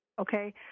okay